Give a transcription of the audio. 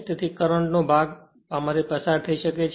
તેથી કરંટ નો ભાગ આમાંથી પસાર થઈ શકે છે